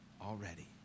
already